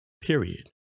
period